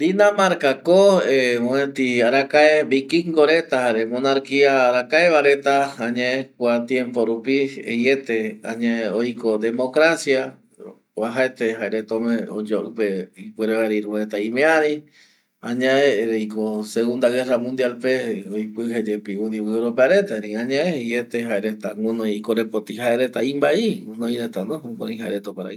Dinamrca ko arakae mopeti vikingo reta jare arakae mopeti dinastia añe kua tiempo rupi jaeño ete oiko democracia pe ipuere vaera iru reta imiari erei añae ko segunda guerra mundial pe añe jaereta oime gunoi ikorepoti mbaei